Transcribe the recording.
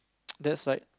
that's like